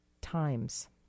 times